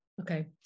Okay